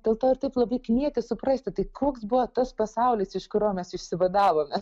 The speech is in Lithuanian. dėl to ir taip labai knieti suprasti tai koks buvo tas pasaulis iš kurio mes išsivadavome